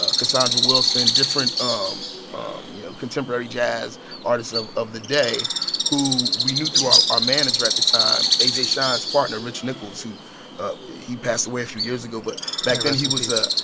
ah cassandra wilson, different, um um you know, contemporary jazz artists of of the day who we knew through our our manager at the time, a. j. shine's partner, rich nichols, who he passed away a few years ago. but back then, he was a.